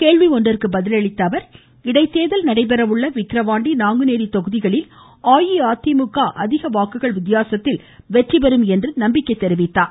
கேள்வி ஒன்றிற்கு பதிலளித்த அவர் இடைத்தேர்தல் நடைபெறவுள்ள விக்ரவாண்டி நாங்குநேரி தொகுதிகளில் அஇதிமுக அதிக வாக்குகள் வித்தியாசத்தில் வெற்றிபெறும் என்று நம்பிக்கைத் தெரிவித்தார்